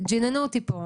גי'ננו אותי פה,